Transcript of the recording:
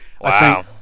Wow